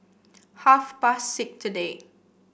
half past six today